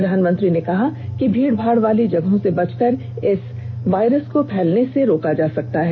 प्रधानमंत्री ने कहा कि हम भीड़ भाड़ वाली जगहों से बचकर इस वायरस को फैलने से रोक सकते हैं